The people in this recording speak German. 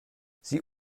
sie